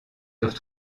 eurent